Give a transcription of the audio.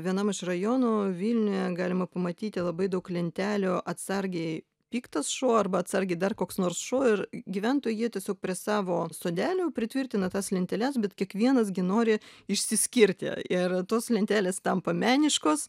vienam iš rajono vilniuje galima pamatyti labai daug lentelių atsargiai piktas šuo arba atsargiai dar koks nors šuo ir gyventojai jie tiesiog prie savo sodelių pritvirtina tas lenteles bet kiekvienas gi nori išsiskirti ir tos lentelės tampa meniškos